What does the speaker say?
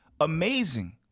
amazing